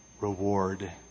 reward